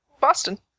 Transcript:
Boston